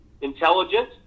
intelligent